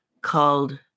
called